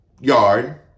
yard